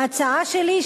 ההצעה שלי,